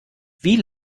wie